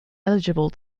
eligible